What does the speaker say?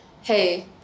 hey